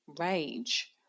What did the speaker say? rage